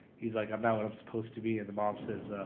he's like, i'm not what i'm supposed to be and the mom says,